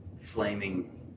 flaming